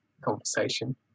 conversation